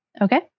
Okay